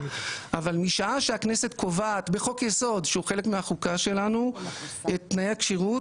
אבל משעה שהכנסת קובעת בחוק יסוד שהוא חלק מהחוקה שלנו את תנאי הכשירות,